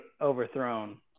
overthrown